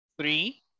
three